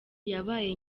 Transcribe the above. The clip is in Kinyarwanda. yabaye